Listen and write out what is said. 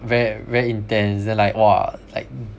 ver~ very intense then like !wah! like